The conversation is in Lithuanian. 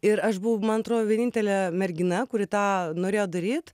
ir aš buvau man atrodo vienintelė mergina kuri tą norėjo daryt